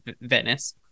Venice